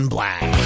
Black